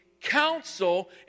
counsel